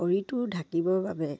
শৰীৰটো ঢাকিবৰ বাবে